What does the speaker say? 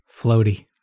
Floaty